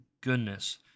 goodness